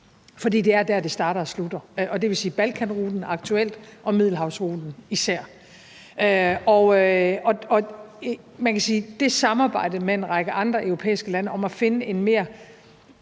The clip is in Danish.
for det er der, det starter og slutter, og det vil sige Balkanruten aktuelt og Middelhavsruten især. Man kan sige, at det samarbejde med en række andre europæiske lande om at finde en mere